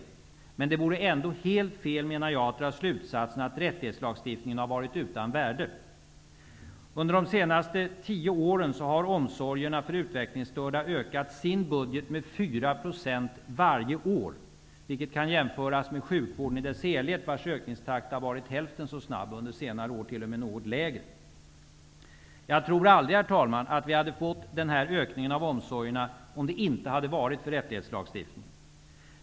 Men det vore ändå helt fel, menar jag, att dra slutsatsen att rättighetslagstiftningen har varit utan värde. Under de senaste tio åren har omsorgerna för utvecklingsstörda ökat sin budget med 4 % varje år -- vilket kan jämföras med sjukvården i dess helhet, vars ökningstakt har varit hälften så snabb. Under senare år har ökningstakten t.o.m. varit något lägre. Herr talman! Vi hade aldrig, tror jag, fått den här ökningen av omsorgerna om det inte hade varit för rättighetslagstiftningen.